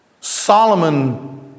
Solomon